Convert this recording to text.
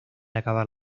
acabar